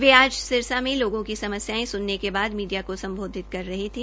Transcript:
वे आज सिरसा में लोगों की समस्यायें सुनने के बाद मीडिया को सम्बोधित कर रहे थे